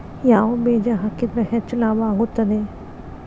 ಯಾವ ಬೇಜ ಹಾಕಿದ್ರ ಹೆಚ್ಚ ಲಾಭ ಆಗುತ್ತದೆ?